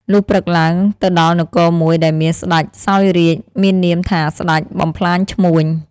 លុះព្រឹកឡើង ទៅដល់នគរមួយ ដែលមានស្តេចសោយរាជ្យមាននាមថា ស្តេច បំផ្លាញឈ្មួញ ។